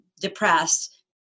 depressed